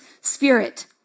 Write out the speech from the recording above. spirit